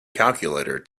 calculator